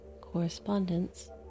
Correspondence